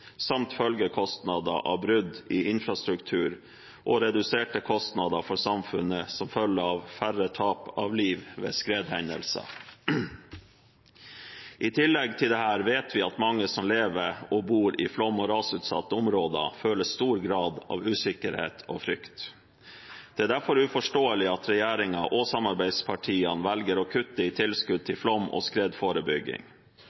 brudd i infrastruktur og reduserte kostnader for samfunnet som følge av færre tap av liv ved skredhendelser. I tillegg til dette vet vi at mange som lever og bor i flom- og rasutsatte områder, føler stor grad av usikkerhet og frykt. Det er derfor uforståelig at regjeringen og samarbeidspartiene velger å kutte i tilskudd